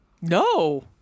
No